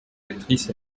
actrices